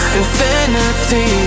infinity